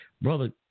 Brother